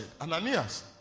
Ananias